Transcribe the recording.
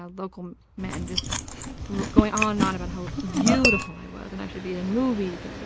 ah local men. just going on and on about how beautiful i was and i should be in and movies and,